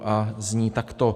A zní takto: